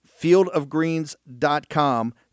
fieldofgreens.com